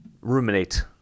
ruminate